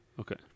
Okay